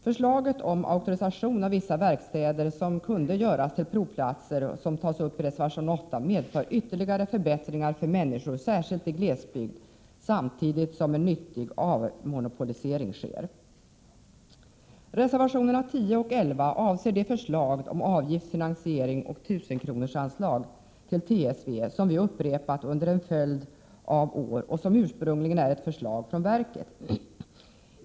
Förslaget i reservation 8 om auktorisation av vissa verkstäder som kunde göras till provplatser skulle medföra ytterligare förbättringar, särskilt i glesbygd, samtidigt som en nyttig avmonopolisering skulle ske. Reservationerna 10 och 11 avser ett förslag till avgiftsfinansiering och 1 000-kronorsanslag till TSV, som vi upprepat under en följd av år och som ursprungligen är ett förslag från trafiksäkerhetsverket.